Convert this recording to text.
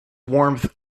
warmth